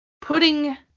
Putting